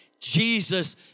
Jesus